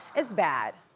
it's bad,